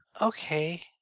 Okay